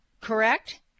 Correct